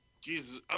Jesus